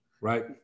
Right